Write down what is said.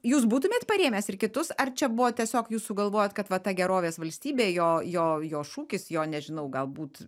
jūs būtumėt parėmęs ir kitus ar čia buvo tiesiog jūs sugalvojot kad va ta gerovės valstybė jo jo jo šūkis jo nežinau galbūt